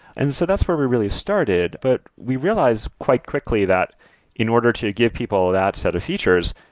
and so that's where we really started, but we realized quite quickly that in order to give people that set of features,